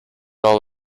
all